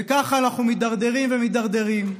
וככה אנחנו מידרדרים ומידרדרים,